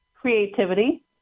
creativity